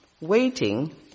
waiting